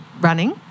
running